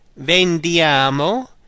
VENDIAMO